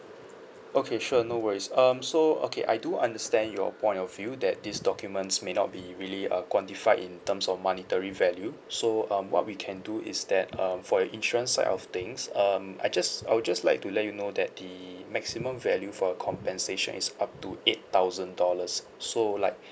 okay sure no worries um so okay I do understand your point of view that these documents may not be really uh quantified in terms of monetary value so um what we can do is that um for the insurance side of things um I just I would just like to let you know that the maximum value for a compensation is up to eight thousand dollars so like